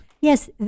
yes